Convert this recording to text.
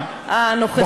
הנוכחית.